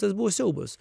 tas buvo siaubas